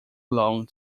long